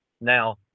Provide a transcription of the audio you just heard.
Now